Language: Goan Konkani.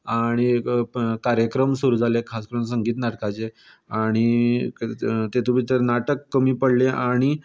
आनी एक कार्यक्रम सुरूं जाले खास करून संगीत नाटकाचे आनी तेतून भितर नाटक कमी पडलें आनी